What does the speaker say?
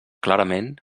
clarament